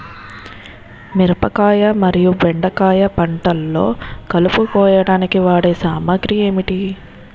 మిరపకాయ మరియు బెండకాయ పంటలో కలుపు కోయడానికి వాడే సామాగ్రి ఏమిటి?